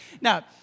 Now